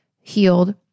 healed